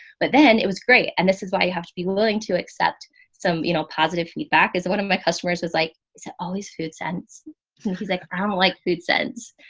but then it was great. and this is why you have to be willing to accept some, you know, positive feedback is one of my customers was like, is it's always food sense. and he's like, i'm like food sense.